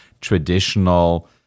traditional